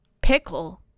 pickle